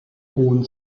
hohen